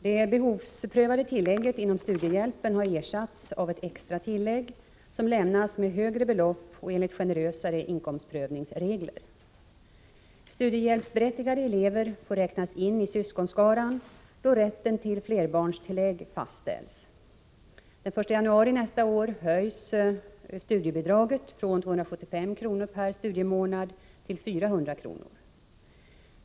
Det behovsprövade tillägget inom studiehjälpen har ersatts av ett extra tillägg, som lämnas med högre belopp och enligt generösare inkomstprövningsregler. Studiehjälpsberättigade elever får räknas in i syskonskaran då rätten till flerbarnstillägg fastställs. Den 1 januari nästa år höjs studiebidraget från 275 kr. per studiemånad till 400 kr.